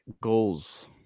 goals